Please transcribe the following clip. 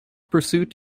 pursuit